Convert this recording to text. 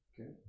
Okay